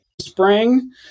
spring